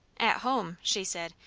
at home, she said,